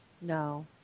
No